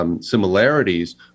similarities